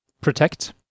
Protect